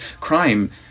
crime